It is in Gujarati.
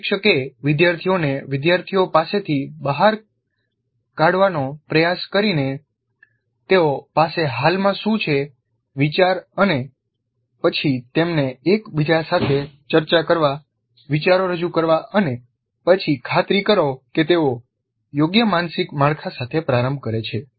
પ્રશિક્ષકે વિદ્યાર્થીઓને વિદ્યાર્થીઓ પાસેથી બહાર કાવાનો પ્રયાસ કરીને તેઓ પાસે હાલમાં શું છે વિચાર અને પછી તેમને એકબીજા સાથે ચર્ચા કરવા વિચારો રજૂ કરવા અને પછી ખાતરી કરો કે તેઓ યોગ્ય માનસિક માળખા સાથે પ્રારંભ કરે છે